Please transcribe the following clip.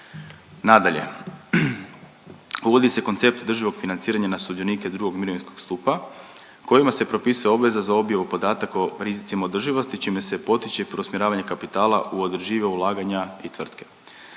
Nadalje, uvodi se koncept državnog financiranja na sudionike 2. mirovinskog stupa kojima se propisuje obveza za objavu podataka o rizicima održivosti čime se potiče preusmjeravanje kapitala u održiva ulaganja i tvrtke.